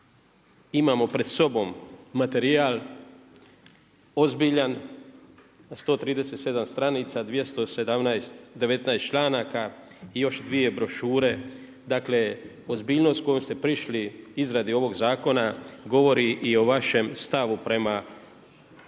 imamo pred sobom materijal ozbiljan na 137 stranica, 219 članaka i još dvije brošure. Dakle ozbiljnost kojom ste prišli izradi ovog zakona govori i o vašem stavu prema hrvatskim